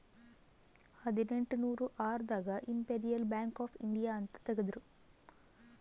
ಹದಿನೆಂಟನೂರ ಆರ್ ದಾಗ ಇಂಪೆರಿಯಲ್ ಬ್ಯಾಂಕ್ ಆಫ್ ಇಂಡಿಯಾ ಅಂತ ತೇಗದ್ರೂ